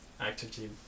activity